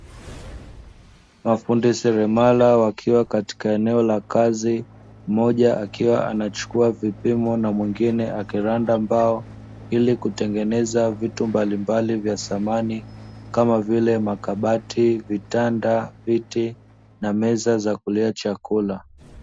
Mafundi seremala wakiwa katika eneo la kazi, mmoja akiwa anachukua vipimo na mwingine akiranda mbao ili kutengeneza vitu mbalimbali vya samani, kama vile makabati, vitanda, viti, na meza za kulia chakula.